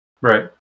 Right